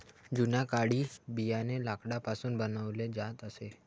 जुन्या काळी बियाणे लाकडापासून बनवले जात असे